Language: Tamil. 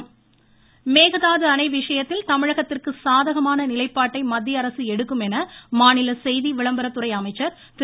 கடம்பூர் ராஜு மேகதாது அணை விசயத்தில் தமிழகத்திற்கு சாதகமான நிலைப்பாட்டை மத்திய அரசு எடுக்கும் என மாநில செய்தி விளம்பரத்துறை அமைச்சர் திரு